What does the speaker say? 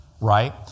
Right